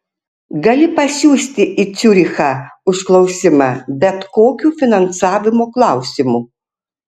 gali pasiųsti į ciurichą užklausimą bet kokiu finansavimo klausimu